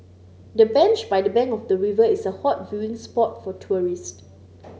the bench by the bank of the river is a hot viewing spot for tourists